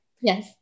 Yes